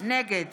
נגד